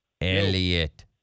Elliot